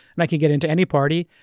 and i could get into any party.